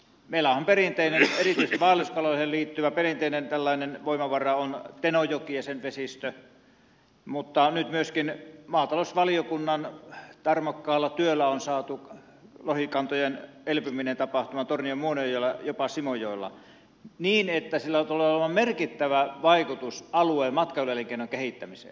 meillä on erityisesti vaelluskaloihin liittyvä perinteinen voimavara tenojoki ja sen vesistö mutta nyt myöskin maatalousvaliokunnan tarmokkaalla työllä on saatu lohikantojen elpyminen tapahtumaan tornion muonionjoella jopa simojoella niin että sillä näyttää olevan merkittävä vaikutus alueen matkailuelinkeinojen kehittämiseen